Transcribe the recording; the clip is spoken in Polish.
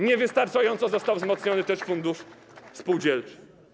Niewystarczająco został wzmocniony też fundusz spółdzielczy.